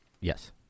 yes